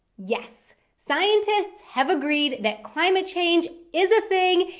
yes, scientists have agreed that climate change is a thing,